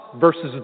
versus